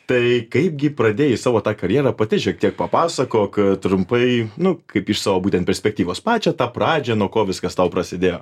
tai kaipgi pradėjai savo tą karjerą pati šiek tiek papasakok trumpai nu kaip iš savo būtent perspektyvos pačią tą pradžią nuo ko viskas tau prasidėjo